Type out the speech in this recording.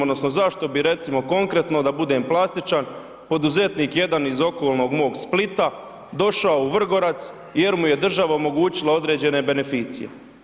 Odnosno zašto bi recimo konkretno da budem plastičan, poduzetnik jedan iz okolnog mog Splita došao u Vrgorac jer mu je država omogućila određene benficije.